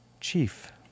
Chief